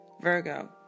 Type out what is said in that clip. Virgo